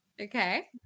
Okay